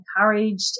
encouraged